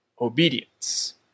obedience